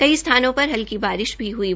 कई स्थानों पर हलकी बारिश भी हुई है